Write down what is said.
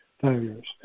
failures